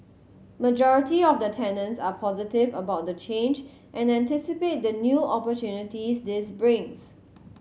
majority of the tenants are positive about the change and anticipate the new opportunities this brings